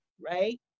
right